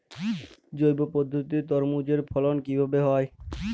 জৈব পদ্ধতিতে তরমুজের ফলন কিভাবে হয়?